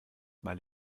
weil